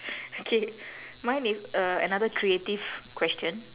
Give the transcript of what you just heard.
okay mine is a another creative question